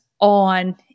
on